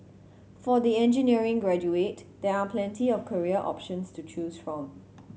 for the engineering graduate there are plenty of career options to choose from